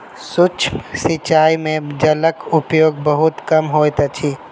सूक्ष्म सिचाई में जलक उपयोग बहुत कम होइत अछि